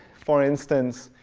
for instance,